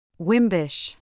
Wimbish